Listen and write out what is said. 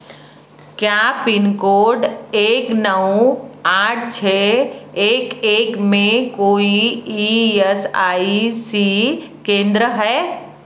क्या pin code एक नौ आठ छः एक एक में कोई ई एस आई सी केंद्र है